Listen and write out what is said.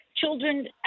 children